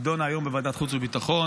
היא נדונה היום בוועדת חוץ וביטחון,